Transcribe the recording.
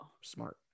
Smart